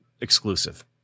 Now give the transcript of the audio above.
exclusive